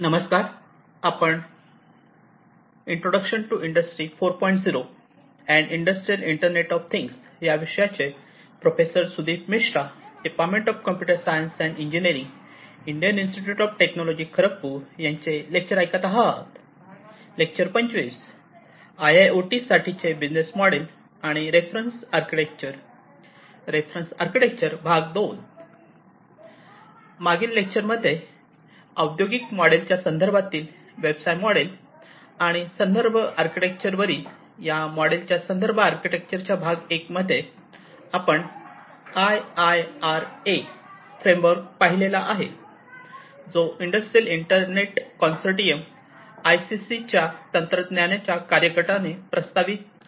मागील लेक्चर मध्ये औद्योगिक मॉडेलच्या संदर्भातील व्यवसाय मॉडेल आणि संदर्भ आर्किटेक्चरवरील या मॉडेलच्या संदर्भ आर्किटेक्चरचा एक भाग मध्ये आपण आयआयआरए फ्रेमवर्क पाहिलेला आहे जो इंडस्ट्रियल इंटरनेट कन्सोर्टियम आयआयसीच्या Industrial Internet Consortium IICतंत्रज्ञानाच्या कार्य गटाने प्रस्तावित केला आहे